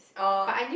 oh